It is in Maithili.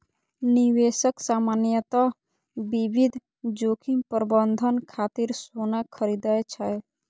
निवेशक सामान्यतः विविध जोखिम प्रबंधन खातिर सोना खरीदै छै